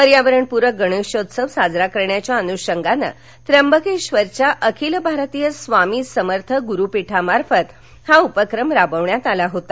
पर्यावरण पुरक गणेशोत्सव साजरा करण्याच्या अनुशंगाने त्यंबकेश्वरच्या अखिल भारतीय स्वामी समर्थ गुरुपीठामार्फत हा उपक्रम राबविण्यात आला होता